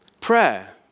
Prayer